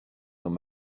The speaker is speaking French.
dans